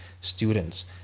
students